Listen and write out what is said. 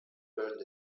bound